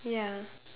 ya